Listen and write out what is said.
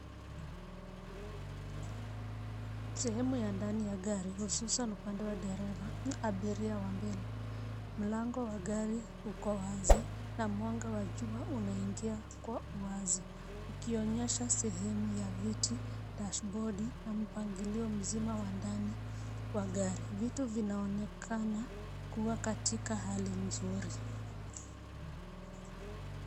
Sehemu ya ndani ya gari hususan upande wa dereva, abiria wa mbele. Mlango wa gari uko wazi na mwanga wa jua unaingia kwa wazi. Ukionyesha sehemu ya viti, dashibodi na mpangilio mzima wa ndani wa gari. Vitu vinaonekana kuwa katika hali nzuri.